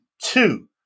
Two